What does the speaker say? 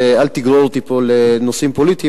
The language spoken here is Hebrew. ואל תגרור אותי פה לנושאים פוליטיים,